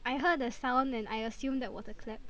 I heard the sound and I assume that was the clap